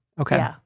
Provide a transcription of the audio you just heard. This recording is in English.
Okay